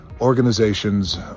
organizations